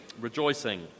rejoicing